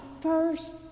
first